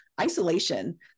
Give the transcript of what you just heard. isolation